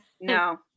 No